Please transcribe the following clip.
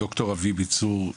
ד"ר אבי ביצור,